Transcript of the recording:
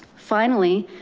finally,